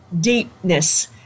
deepness